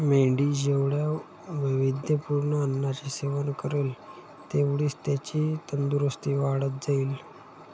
मेंढी जेवढ्या वैविध्यपूर्ण अन्नाचे सेवन करेल, तेवढीच त्याची तंदुरस्ती वाढत जाईल